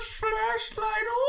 flashlight